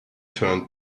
turned